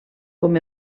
com